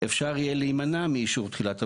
אפשר יהיה להימנע מאישור תחילת עבודות,